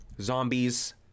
zombies